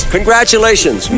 Congratulations